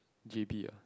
j_b ah